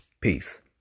Peace